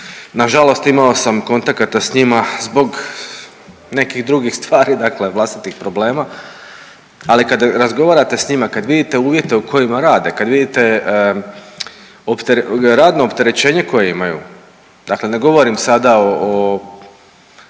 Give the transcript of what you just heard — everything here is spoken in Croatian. nažalost imao sam kontakata s njima zbog nekih drugih stvari, dakle vlastitih problema, ali kada razgovarate s njima, kada vidite uvjete u kojima rade, kad vidite radno opterećenje koje imaju, dakle ne govorim sada o